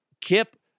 Kip